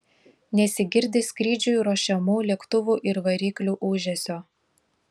nesigirdi skrydžiui ruošiamų lėktuvų ir variklių ūžesio